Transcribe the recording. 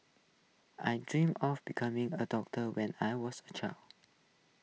I dreamt of becoming A doctor when I was A child